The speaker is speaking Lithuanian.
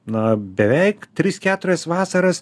na beveik tris keturias vasaras